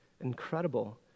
incredible